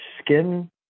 skin